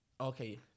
Okay